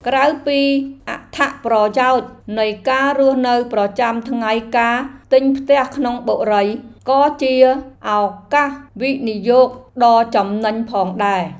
ក្រៅពីអត្ថប្រយោជន៍នៃការរស់នៅប្រចាំថ្ងៃការទិញផ្ទះក្នុងបុរីក៏ជាឱកាសវិនិយោគដ៏ចំណេញផងដែរ។